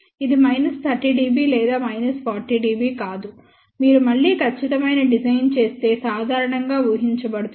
ఇది minus 30 dB లేదా minus 40 dB కాదు మీరు మళ్ళీ ఖచ్చితమైన డిజైన్ చేస్తే సాధారణంగా ఊహించబడుతుంది